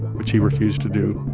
which he refused to do